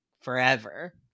forever